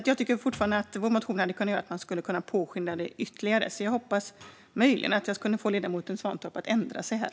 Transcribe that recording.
Jag tycker fortfarande att vår motion hade kunnat göra att man skulle ha kunnat påskynda detta ytterligare, så jag hoppas att jag möjligen ska kunna få ledamoten Svantorp att ändra sig här.